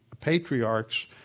patriarchs